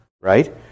right